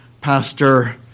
pastor